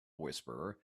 whisperer